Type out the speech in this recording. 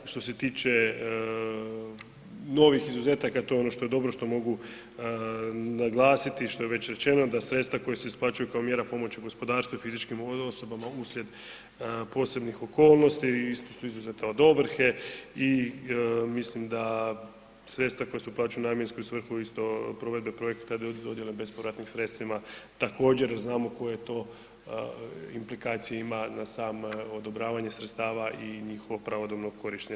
Što se tiče novih izuzetaka, to je ono što se dobro, što mogu naglasiti, što je već rečeno, da sredstva koja se isplaćuju kao mjera pomoći gospodarstvu i fizičkim osobama uslijed posljednjih okolnosti, isto su izuzeta od ovrhe i mislim da sredstva koja se uplaćuju namjenski u svrhu isto, provedbe projekta ... sredstvima također, znamo tko je to implikacije ima na samo odobravanje sredstava i njihovo pravodobno korištenje.